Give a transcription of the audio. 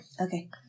Okay